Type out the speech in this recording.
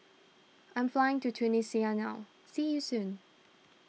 I am flying to Tunisia now see you soon